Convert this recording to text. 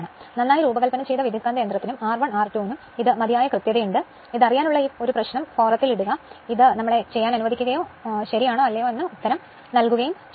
നന്നായി രൂപകൽപ്പന ചെയ്ത ട്രാൻസ്ഫോർമറിനും R1 R2 നും ഇത് മതിയായ കൃത്യതയുണ്ട് ഇത് അറിയാനുള്ള ഒരു പ്രശ്നം ഫോറത്തിൽ ഇടുക ഇത് ഞങ്ങളെ ഇത് ചെയ്യാൻ അനുവദിക്കുകയും ശരിയാണോ അല്ലയോ എന്ന് ഉത്തരം നൽകുകയും ചെയ്യാം